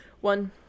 one